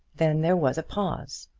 then there was pause.